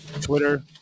Twitter